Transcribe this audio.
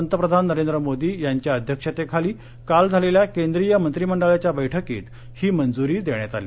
पंतप्रधान नरेंद्र मोदी यांच्या अध्यक्षतेखाली काल झालेल्या केंद्रीय मंत्रिमंडळाच्या बैठकीत ही मंजुरी दिण्यात आली